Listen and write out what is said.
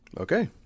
Okay